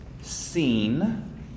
seen